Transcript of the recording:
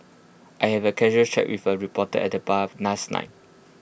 I had A casual chat with A reporter at the bar last night